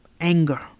anger